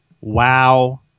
WoW